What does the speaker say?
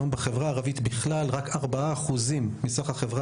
היום בחברה הערבית בכלל רק 4% מסך החברה